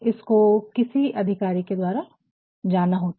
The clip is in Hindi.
इसको किसी अधिकारी के द्वारा जाना होता है